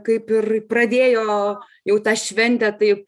kaip ir pradėjo jau tą šventę taip